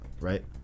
right